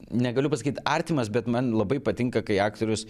negaliu pasakyt artimas bet man labai patinka kai aktorius